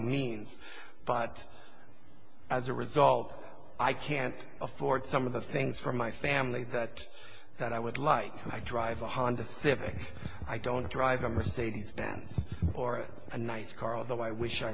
means but as a result i can't afford some of the things from my family that i would light i drive a honda civic i don't drive a mercedes benz or a nice car although i wish i